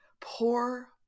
poor